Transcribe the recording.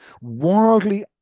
wildly